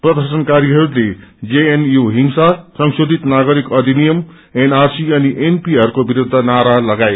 प्रर्दशनकारीहरूले जेएनयू हिंसा संशोधित नागरिक अधिनियम एनआरसी अनि उनपीआर को विरूद्ध नारा लगाए